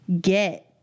get